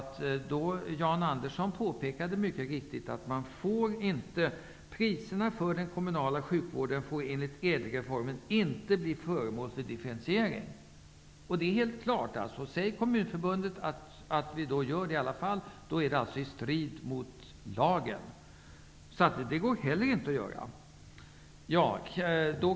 Jan Andersson påpekade mycket riktigt att priserna för den kommunala sjukvården enligt ÄDEL-reformen inte får bli föremål för differentiering. Det är helt klart. Om Kommunförbundet säger att det skall ske i alla fall är det i strid med lagen. Det går heller inte.